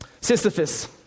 Sisyphus